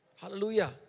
Hallelujah